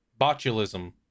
Botulism